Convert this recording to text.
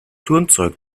turnzeug